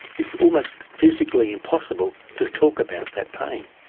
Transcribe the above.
it's almost physically impossible to talk about that pain.